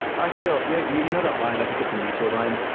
i feel. yeah you you know that line, i think it's a nietzsche line,